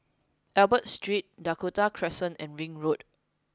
Albert Street Dakota Crescent and Ring Road